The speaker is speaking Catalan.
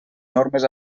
normes